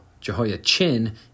Jehoiachin